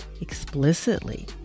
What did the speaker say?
explicitly